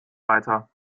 weiter